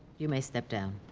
you may step down.